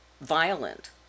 violent